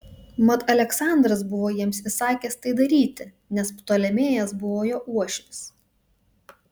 mat aleksandras buvo jiems įsakęs tai daryti nes ptolemėjas buvo jo uošvis